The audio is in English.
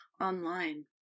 online